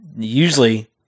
Usually